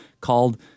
called